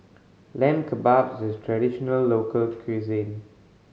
Lamb Kebabs is a traditional local cuisine